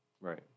right